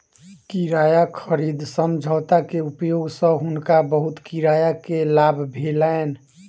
किराया खरीद समझौता के उपयोग सँ हुनका बहुत किराया के लाभ भेलैन